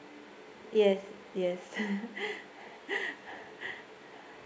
yes yes